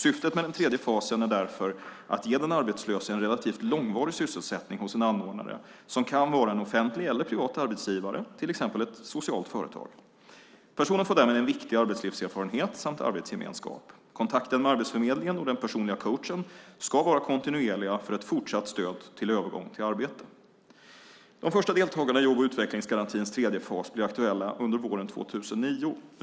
Syftet med den tredje fasen är därför att ge den arbetslöse en relativt långvarig sysselsättning hos en anordnare som kan vara en offentlig eller privat arbetsgivare, till exempel ett socialt företag. Personen får därmed viktig arbetslivserfarenhet samt arbetsgemenskap. Kontakten med Arbetsförmedlingen och den personliga coachen ska vara kontinuerliga för ett fortsatt stöd till övergång till arbete. De första deltagarna i jobb och utvecklingsgarantins tredje fas blir aktuella under våren 2009.